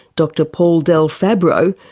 dr paul delfabbro,